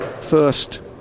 first